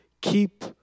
Keep